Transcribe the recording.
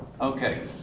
Okay